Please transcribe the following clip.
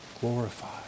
glorified